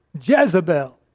Jezebel